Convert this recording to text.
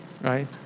right